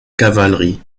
cavalerie